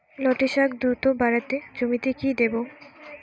লটে শাখ দ্রুত বাড়াতে জমিতে কি দেবো?